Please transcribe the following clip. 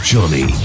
Johnny